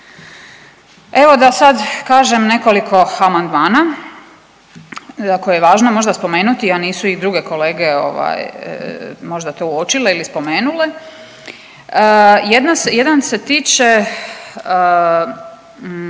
Evo, da sad kažem nekoliko amandmana za koje je važno možda spomenuti, a nisu ih druge kolege ovaj, možda to uočile ili spomenule. Jedan se tiče,